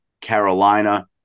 Carolina